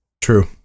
True